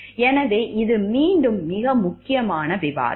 எனவே இது மீண்டும் மிக முக்கியமான விவாதம்